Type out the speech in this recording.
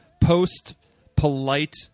post-polite